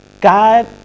God